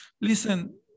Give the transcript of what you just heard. listen